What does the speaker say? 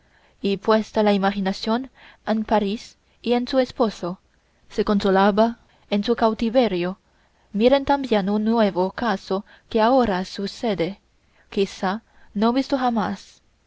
y puesta la imaginación en parís y en su esposo se consolaba en su cautiverio miren también un nuevo caso que ahora sucede quizá no visto jamás